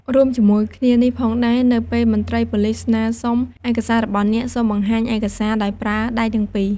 រួមជាមួយគ្នានេះផងដែរ នៅពេលមន្ត្រីប៉ូលិសស្នើសុំឯកសាររបស់អ្នក សូម បង្ហាញឯកសារដោយប្រើដៃទាំងពីរ។